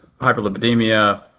hyperlipidemia